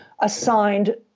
assigned